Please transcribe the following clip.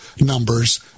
numbers